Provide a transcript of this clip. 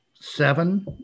seven